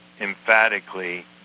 emphatically